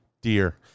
Dear